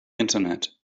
internet